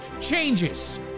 changes